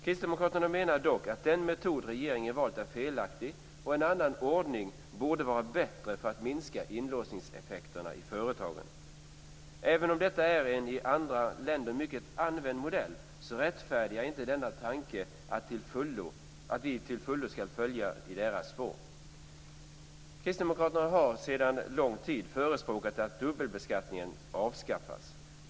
Kristdemokraterna menar dock att den metod regeringen valt är felaktig, och en annan ordning borde vara bättre för att minska inlåsningseffekterna i företagen. Även om detta är en i andra länder mycket använd modell så rättfärdigar inte denna tanke att vi till fullo ska följa i deras spår. Kristdemokraterna har sedan lång tid förespråkat att dubbelbeskattningen avskaffas.